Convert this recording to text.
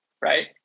right